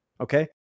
okay